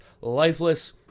lifeless